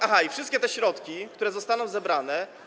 Aha, wszystkie te środki, które zostaną zebrane.